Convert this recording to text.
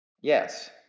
Yes